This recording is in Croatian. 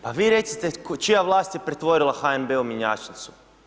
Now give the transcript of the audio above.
Pa vi recite čija vlast je pretvorila HNB u mjenjačnicu?